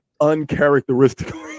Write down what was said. uncharacteristically